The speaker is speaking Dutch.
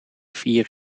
vier